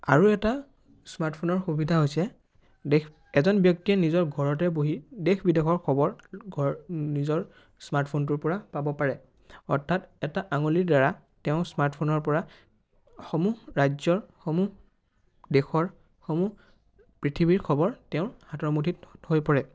আৰু এটা স্মাৰ্টফোনৰ সুবিধা হৈছে এজন ব্যক্তিয়ে নিজৰ ঘৰতে বহি দেশ বিদেশৰ খবৰ নিজৰ স্মাৰ্টফোনটোৰ পৰা পাব পাৰে অৰ্থাৎ এটা আঙুলিৰ দ্বাৰা তেওঁ স্মাৰ্টফোনৰ পৰা সমূহ ৰাজ্যৰ সমূহ দেশৰ সমূহ পৃথিৱীৰ খবৰ তেওঁৰ হাতৰ মুঠিত হৈ পৰে